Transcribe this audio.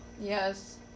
Yes